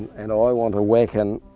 and i want to whack and